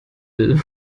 will